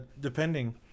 Depending